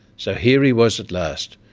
so here he was at last,